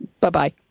Bye-bye